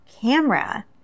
camera